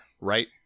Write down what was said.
right